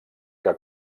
que